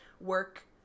work